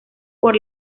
por